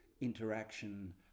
interaction